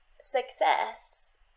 Success